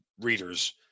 readers